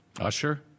Usher